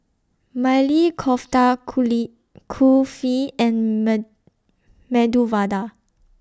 Maili Kofta Kulfi and May Medu Vada